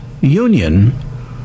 union